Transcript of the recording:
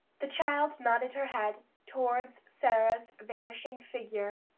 the child nodded her head toward sara's vanishing figure.